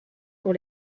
pour